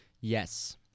Yes